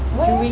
yes